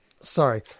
Sorry